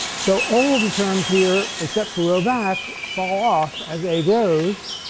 so all of the terms here, except for rho vac, fall off as a grows.